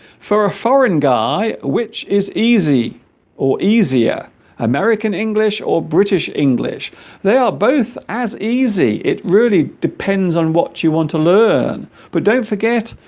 for a foreign guy which is easy or easier american english or british english they are both as easy it really depends on what you want to learn but don't forget